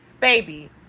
Baby